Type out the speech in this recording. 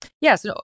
Yes